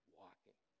walking